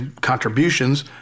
contributions